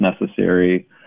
necessary